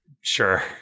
Sure